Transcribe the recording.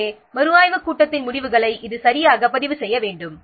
எனவே மறுஆய்வுக் கூட்டத்தின் முடிவுகளை இது சரியாக பதிவு செய்ய வேண்டும்